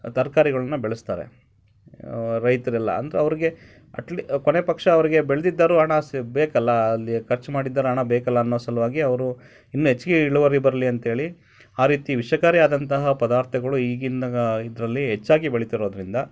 ತರಕಾರಿಗಳ್ನ ಬೆಳೆಸ್ತಾರೆ ರೈತರೆಲ್ಲ ಅಂದ್ರೆ ಅವ್ರಿಗೆ ಅಟ್ಲಿ ಕೊನೆಪಕ್ಷ ಅವ್ರಿಗೆ ಬೆಳ್ದಿದ್ದಾದ್ರು ಹಣ ಸಿಗಬೇಕಲ್ಲ ಅಲ್ಲಿ ಖರ್ಚು ಮಾಡಿದ್ದಾರೂ ಹಣ ಬೇಕಲ್ಲ ಅನ್ನೋ ಸಲುವಾಗಿ ಅವರು ಇನ್ನೂ ಹೆಚ್ಗೆ ಇಳುವರಿ ಬರಲಿ ಅಂತ ಹೇಳಿ ಆ ರೀತಿ ವಿಷಕಾರಿ ಆದಂತಹ ಪದಾರ್ಥಗಳು ಈಗಿನ ಇದರಲ್ಲಿ ಹೆಚ್ಚಾಗಿ ಬೆಳೀತಿರೋದ್ರಿಂದ